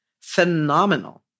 phenomenal